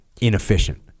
inefficient